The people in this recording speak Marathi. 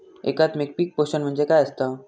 एकात्मिक पीक पोषण म्हणजे काय असतां?